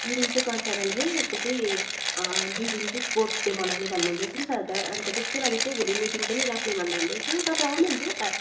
दुई दिन चाहिँ कल्चरल अरे अन्त चाहिँ दुई दिन चाहिँ स्पोर्ट डे मनाउने भन्नु हुँदै थियो नि त अन्त अन्त त्यसकै लागि चाहिँ भोलि मिटिङ पनि राख्ने भन्नु हुँदै थियो तपाईँ आउनु हुन्छ